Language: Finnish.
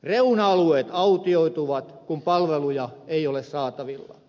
reuna alueet autioituvat kun palveluja ei ole saatavilla